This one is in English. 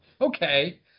okay